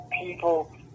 people